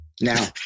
now